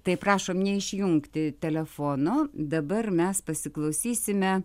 tai prašom neišjungti telefono dabar mes pasiklausysime